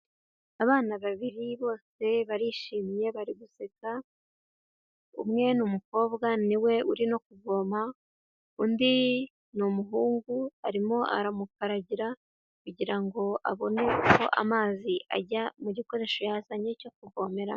Abana babiri bose barishimye bari guseka, umwe ni umukobwa niwe uri no kuvoma, undi ni umuhungu arimo aramukaragira kugira ngo abone uko amazi ajya mu gikoresho yazanye cyo kuvomeramo.